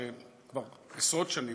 שכבר עשרות שנים,